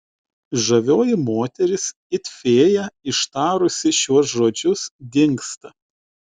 žavioji moteris it fėja ištarusi šiuos žodžius dingsta